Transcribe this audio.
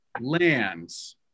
lands